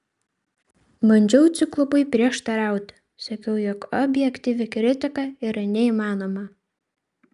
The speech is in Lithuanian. bandžiau ciklopui prieštarauti sakiau jog objektyvi kritika yra neįmanoma